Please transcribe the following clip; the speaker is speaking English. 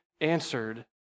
answered